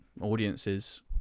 audiences